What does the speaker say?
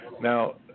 Now